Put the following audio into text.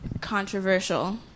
controversial